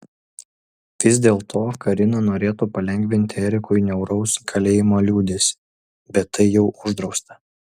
vis dėlto karina norėtų palengvinti erikui niauraus kalėjimo liūdesį bet tai jau uždrausta